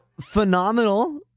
phenomenal